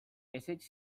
ezetz